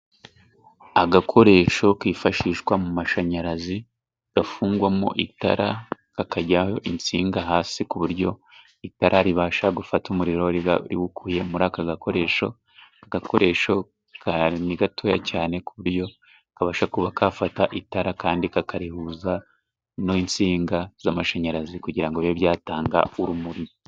Agakoresho kifashishwa mu mashanyarazi, gafungwamo itara kakajyaho insinga hasi ku buryo itara ribasha gufata umuriro riba riwukuye muri aka gakoresho ,agakoresho ka ni gatoya cyane ku buryo kabasha kuba kafata itara kandi kakarihuza n'insinga z'amashanyarazi kugira ngo bibe byatanga urumuri.